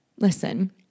Listen